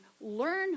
learn